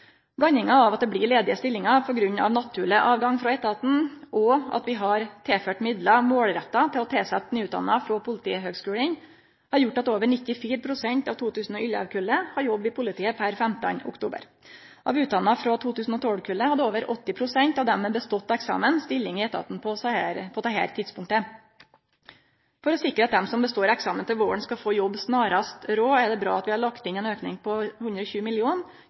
Blandinga av at det blir ledige stillingar på grunn av naturleg avgang frå etaten, og at vi har tilført midlar målretta mot å tilsette nyutdanna frå Politihøgskulen, har gjort at over 94 pst. av 2011-kullet hadde jobb i politiet per 15. oktober. Av dei nyutdanna frå 2012-kullet hadde over 80 pst. av dei med bestått eksamen stilling i etaten på dette tidspunktet. For å sikre at dei som består eksamen til våren, skal få jobb snarast råd, er det bra at vi har lagt inn ein auke på